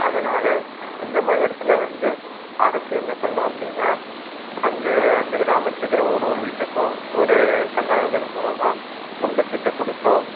அதனால் இந்த மாதிரி இடத்துல வந்து அரசு என்ன பண்ணணும் அப்படின்னா அங்கே அந்த கிராமத்தில் இருக்கிற ஒரு ஒரு வீட்டுக்கும் ஒரு தன்னார்வலர்கள் மூலமாக துண்டு சீட்டை கொடுத்தோ